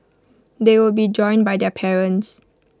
they will be joined by their parents